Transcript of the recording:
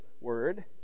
word